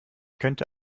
könnte